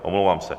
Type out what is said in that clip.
Omlouvám se.